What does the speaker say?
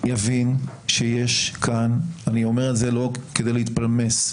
יבין שיש כאן אני אומר את זה לא כדי להתפלמס,